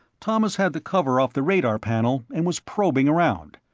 thomas had the cover off the radar panel and was probing around.